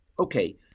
Okay